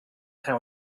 how